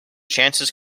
chances